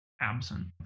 absent